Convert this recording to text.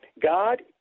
God